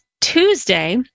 Tuesday